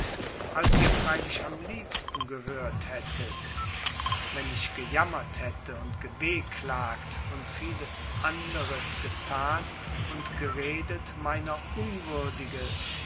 als ihr freilich am liebsten gehört hättet wenn ich gejammert hätte und gewehklagt und viel anderes getan und geredet meiner unwürdiges